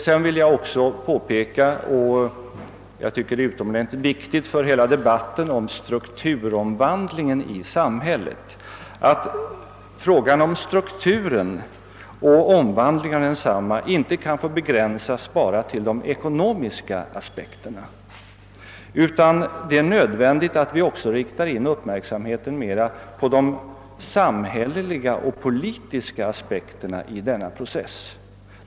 Låt mig också påpeka — jag tycker det är utomordentligt viktigt för hela debatten om strukturomvandlingen i samhället — att frågan om strukturen och omvandlingen av denna inte kan få begränsas till de ekonomiska aspekterna. Nej, det är nödvändigt att vi också riktar uppmärksamheten mera på de samhälleliga och politiska aspekterna i denna process.